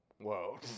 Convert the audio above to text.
whoa